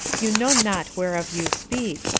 you know not whereof you speak,